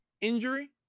injury